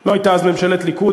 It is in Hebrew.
לא הייתה אז ממשלת ליכוד,